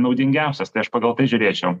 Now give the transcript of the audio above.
naudingiausias pagal tai žiūrėčiau